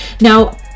Now